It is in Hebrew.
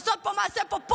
אתן עושות פה מעשה פופוליסטי,